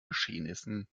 geschehnissen